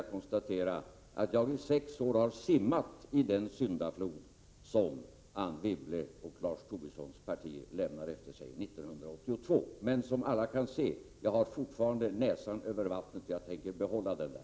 Jag konstaterar att jag i sex år har simmat i den syndaflod som Anne Wibbles och Lars Tobissons partier lämnade efter sig 1982. Men som alla kan se har jag fortfarande näsan över vattnet, och jag tänker behålla den där.